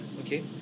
okay